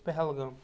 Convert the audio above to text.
Pahalgam